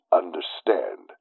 understand